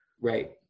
Right